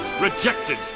rejected